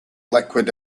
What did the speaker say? liquid